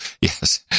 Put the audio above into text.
Yes